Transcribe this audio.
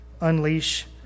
unleash